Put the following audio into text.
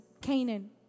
Canaan